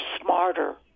smarter